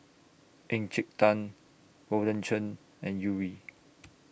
Encik Tan Golden Churn and Yuri